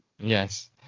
Yes